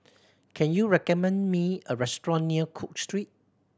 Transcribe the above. can you recommend me a restaurant near Cook Street